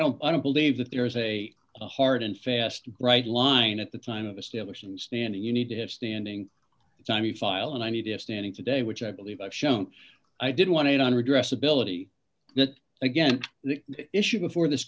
so i don't believe that there is a hard and fast right line at the time of establishing standing you need to have standing the time you file and i need to have standing today which i believe i've shown i didn't want it on redress ability that again the issue before th